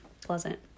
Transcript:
pleasant